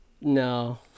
No